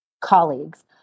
colleagues